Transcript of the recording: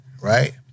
right